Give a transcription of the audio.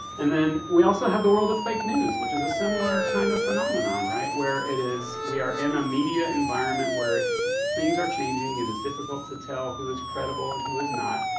and then we also have a world of fake, news which is a similar kind of phenomenon where it is we are in a media environment where things are changing, it is difficult to tell who is credible and who is not,